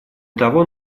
того